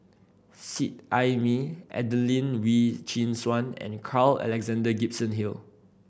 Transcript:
Seet Ai Mee Adelene Wee Chin Suan and Carl Alexander Gibson Hill